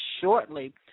shortly